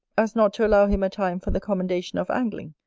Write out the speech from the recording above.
as not to allow him a time for the commendation of angling,